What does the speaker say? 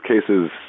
cases